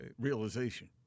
realization